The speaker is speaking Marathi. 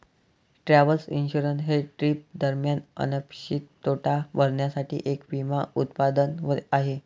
ट्रॅव्हल इन्शुरन्स हे ट्रिप दरम्यान अनपेक्षित तोटा भरण्यासाठी एक विमा उत्पादन आहे